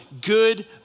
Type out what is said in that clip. good